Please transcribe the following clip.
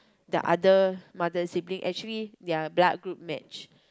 the other mother sibling actually their blood group match